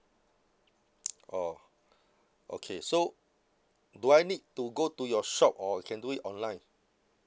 oh okay so do I need to go to your shop or can do it online